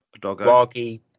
doggy